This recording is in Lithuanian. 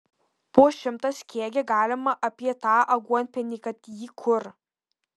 po šimtas kiekgi galima apie tą aguonpienį kad jį kur